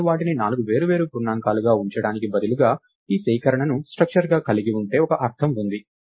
నేను వాటిని నాలుగు వేర్వేరు పూర్ణాంకాలుగా ఉంచడానికి బదులుగా ఈ సేకరణను స్ట్రక్చర్ గా కలిగి ఉంటే ఒక అర్థం ఉంది